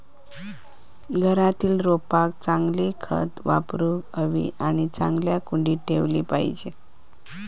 घरातील रोपांका चांगली खता वापरूक हवी आणि चांगल्या कुंडीत ठेवली पाहिजेत